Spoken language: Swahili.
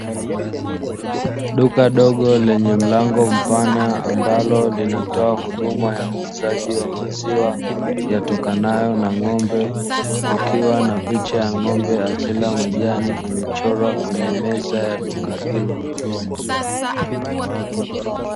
Duka dogo lenye mlango mpana, ambalo linatoa huduma ya uuzaji wa maziwa yatokanayo na ng'ombe. Kukiwa na picha ya ng'ombe akila majani, imechorwa kwenye meza ya duka hilo.